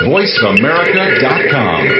VoiceAmerica.com